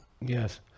Yes